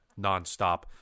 nonstop